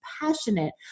passionate